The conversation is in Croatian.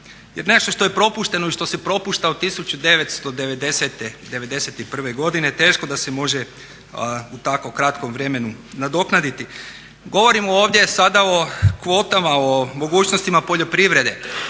jer nešto što je propušteno i što se propušta od 1990., '91. godine teško da se može u tako kratkom vremenu nadoknaditi. Govorimo ovdje sada o kvotama, o mogućnostima poljoprivrede.